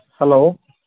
hello